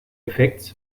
effekts